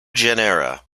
genera